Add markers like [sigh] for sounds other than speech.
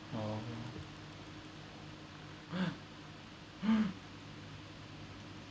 oh [noise] [noise]